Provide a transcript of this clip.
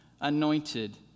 anointed